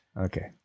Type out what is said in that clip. okay